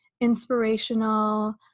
inspirational